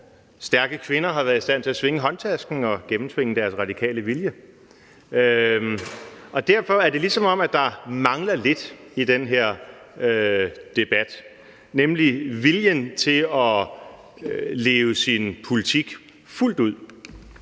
stærke kvinder har været i stand til at svinge håndtasken og gennemtvinge deres radikale vilje. Derfor er det, som om der mangler lidt i den her debat, nemlig viljen til at leve sin politik fuldt ud.